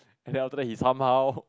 and then after that he some how